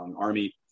army